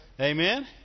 Amen